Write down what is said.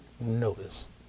notice